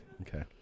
okay